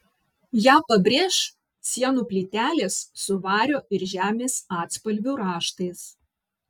ją pabrėš sienų plytelės su vario ir žemės atspalvių raštais